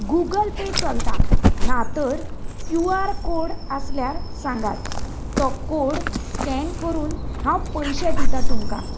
Google pay चलता ना तर क्यू आर कोड आसल्यार सांगात तो कोड स्कॅन करून हांव पयशे दिता तुमकां